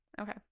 okay